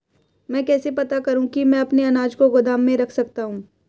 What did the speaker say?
मैं कैसे पता करूँ कि मैं अपने अनाज को गोदाम में रख सकता हूँ?